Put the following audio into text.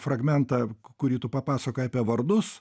fragmentą kurį tu papasakojai apie vardus